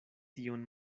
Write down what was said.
tion